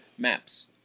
maps